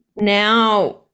now